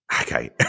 Okay